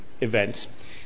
events